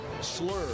slur